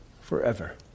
forever